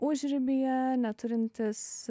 užribyje neturintys